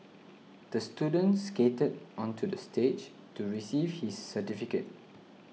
the student skated onto the stage to receive his certificate